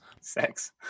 Sex